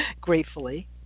gratefully